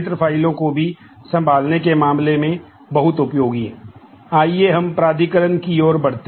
आइए हम प्राधिकरण की ओर बढ़ते हैं